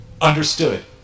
Understood